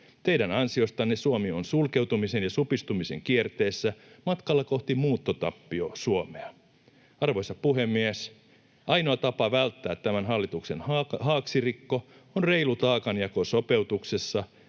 Teidän ansiostanne Suomi on sulkeutumisen ja supistumisen kierteessä matkalla kohti muuttotappio-Suomea. Arvoisa puhemies! Ainoa tapa välttää tämän hallituksen haaksirikko on reilu taakanjako sopeutuksessa,